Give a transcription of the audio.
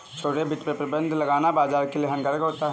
छोटे वित्त पर प्रतिबन्ध लगाना बाज़ार के लिए हानिकारक होता है